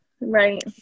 Right